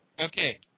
Okay